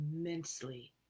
immensely